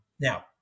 Now